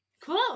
cool